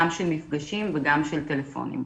גם של מפגשים וגם של טלפונים.